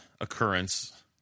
occurrence